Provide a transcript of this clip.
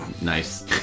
Nice